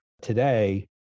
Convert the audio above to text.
today